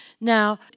Now